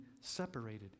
separated